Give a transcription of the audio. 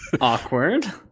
Awkward